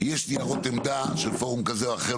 יש ניירות עמדה של פורום כזה או אחר,